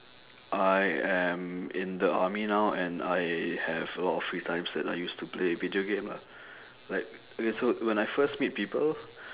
I am in the army now and I have a lot of free times that I use to play video game lah like okay so when I first meet people